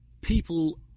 People